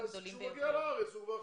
-- אז כשהוא מגיע לארץ הוא כבר חצי,